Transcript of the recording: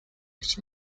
which